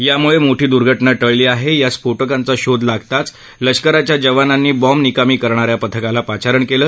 यामुळमीती दूर्घटना टळली आहा आ स्फोटकांचा शोध लागताच लष्कराच्या जवानांनी बाँब निकामी करणाऱ्या पथकाला पाचारण कल्ल